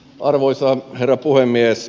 arvoisa herra puhemies